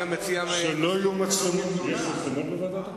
יש מצלמות בוועדת הכנסת?